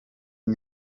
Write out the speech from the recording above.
y’i